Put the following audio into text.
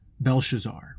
Belshazzar